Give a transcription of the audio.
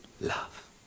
love